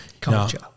culture